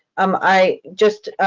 um i just,